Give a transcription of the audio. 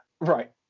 Right